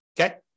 okay